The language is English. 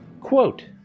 Quote